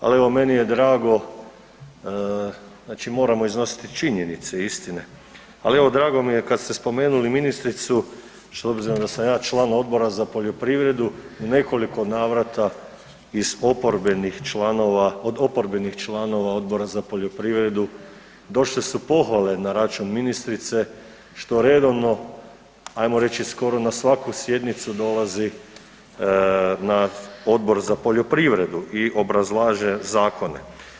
Ali evo meni je drago znači moramo iznositi činjenice i istine ali evo drago mi je kad ste spomenuli ministricu s obzirom da sam ja član Odbora za poljoprivredu, u nekoliko navrata iz oporbenih članova, od oporbenih članova Odbora za poljoprivredu došle su pohvale na račun ministrice što redovno ajmo reći skoro na svaku sjednicu dolazi na Odbor za poljoprivredu i obrazlaže zakone.